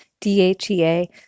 DHEA